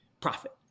profit